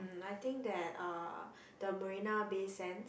I think that uh the Marina-Bay-Sands